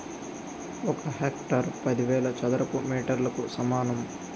ఒక హెక్టారు పదివేల చదరపు మీటర్లకు సమానం